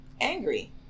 angry